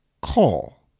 call